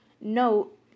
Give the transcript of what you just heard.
Note